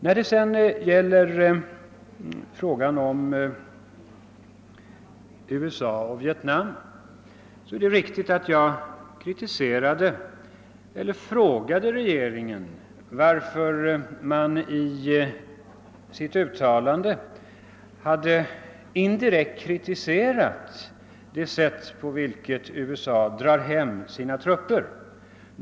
Vad sedan gäller frågan om USA och Vietnam är det riktigt att jag frågade Tegeringens talesman varför man i re geringsdeklarationen indirekt har kritiserat det sätt på vilket USA drar hem sina trupper.